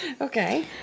Okay